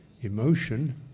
emotion